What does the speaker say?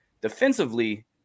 defensively